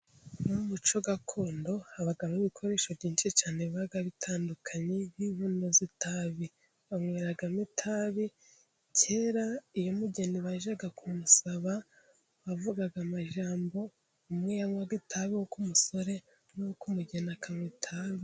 Umuco gakondo ubamo ibikoresho byinshi cyane biba bitandukanye nk'inkono z'itabi banyweramo itabi, kera iyo umugeni bajyaga kumusaba, bavugaga amagambo, umwe yanywaga itabi uwo ku musore n'uwo ku mugeni akanywa itabi.